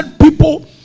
people